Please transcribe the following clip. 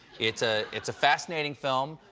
it's ah it's a fascinating film,